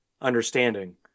understanding